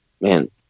man